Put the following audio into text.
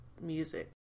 music